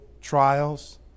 trials